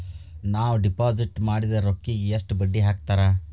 ನಾವು ಡಿಪಾಸಿಟ್ ಮಾಡಿದ ರೊಕ್ಕಿಗೆ ಎಷ್ಟು ಬಡ್ಡಿ ಹಾಕ್ತಾರಾ?